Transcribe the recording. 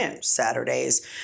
Saturdays